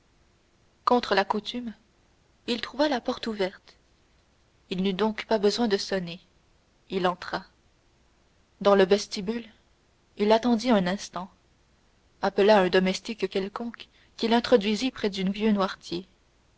contre la coutume il trouva la porte ouverte il n'eut donc pas besoin de sonner il entra dans le vestibule il attendit un instant appelant un domestique quelconque qui l'introduisît près du vieux noirtier